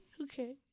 Okay